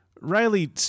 Riley